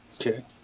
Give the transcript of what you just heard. okay